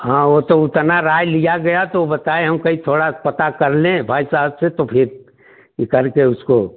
हाँ वो तो उतना राय लिया गया तो बताए हम कहीं थोड़ा सा पता कर लें भाई साहब से तो फिर ये करके उसको